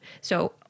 So-